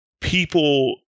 People